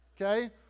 Okay